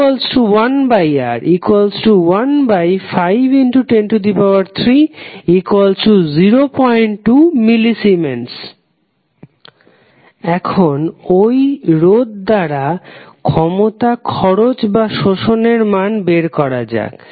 G1R1510302মিলি siemens এখন ওই রোধ দ্বারা ক্ষমতা খরচ বা শোষণের মান বের করা যাক